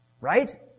Right